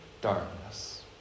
darkness